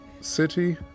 city